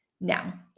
Now